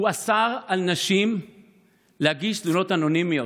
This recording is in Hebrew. הוא אסר על נשים להגיש תלונות אנונימיות,